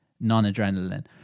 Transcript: non-adrenaline